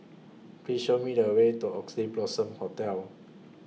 Please Show Me The Way to Oxley Blossom Hotel